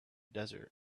desert